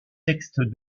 texte